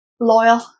loyal